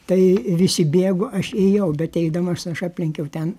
tai visi bėgo aš ėjau bet eidamas aš aplenkiau ten